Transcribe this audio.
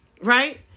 Right